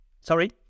Sorry